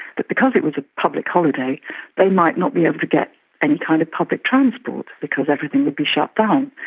that because it was a public holiday they might not be able to get any kind of public transport because everything would be shut down.